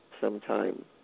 sometime